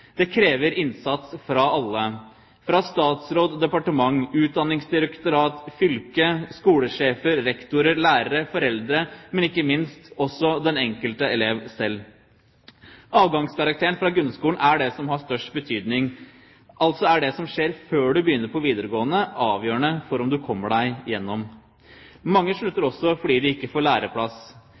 Det krever innsats fra alle, fra statsråd og departement, utdanningsdirektorat, fylke, skolesjefer, rektorer, lærere, foreldre, men ikke minst også fra den enkelte elev selv. Avgangskarakterene fra grunnskolen er det som har størst betydning. Altså er det som skjer før du begynner på videregående, avgjørende for om du kommer deg gjennom. Mange slutter også fordi de ikke får læreplass.